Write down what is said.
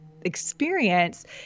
experience